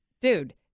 Dude